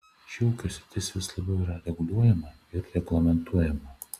ši ūkio sritis vis labiau yra reguliuojama ir reglamentuojama